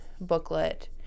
booklet